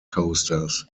coasters